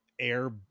air